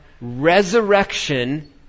resurrection